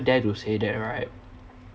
dare to say that right